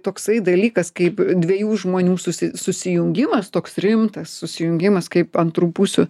toksai dalykas kaip dviejų žmonių susi susijungimas toks rimtas susijungimas kaip antrų pusių